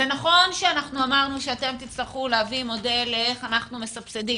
זה נכון שנקבע שאמרנו שאתם תצטרכו להביא מודל לאיך אנחנו מסבסדים.